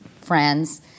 friends